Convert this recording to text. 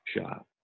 shot